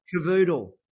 Cavoodle